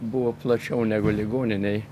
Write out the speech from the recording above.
buvo plačiau negu ligoninėj